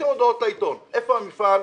הוצאתם הודעות לעיתון אבל איפה המפעל?